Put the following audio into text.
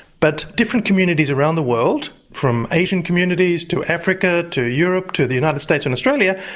but different communities around the world from asian communities to africa to europe, to the united states and australia,